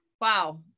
Wow